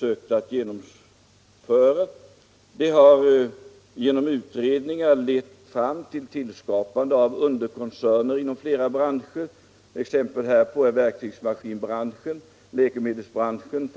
Herr Sköld skriver bl.a.: ”Sådana utredningar har lett till tillskapande av ”underkoncerner' inom flera branscher. Exempel härpå är verktygsmaskinbranschen , läkemedelsbranschen